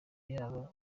yabo